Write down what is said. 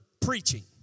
preaching